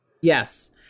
Yes